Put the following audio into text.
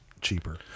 cheaper